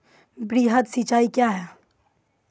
वृहद सिंचाई कया हैं?